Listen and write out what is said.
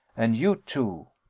and you too,